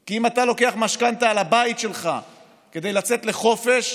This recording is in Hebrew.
כי אם אתה לוקח משכנתה על הבית שלך כדי לצאת לחופש,